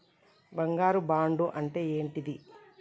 బంగారు బాండు అంటే ఏంటిది?